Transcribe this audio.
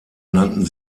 nannten